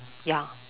ya